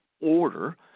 order –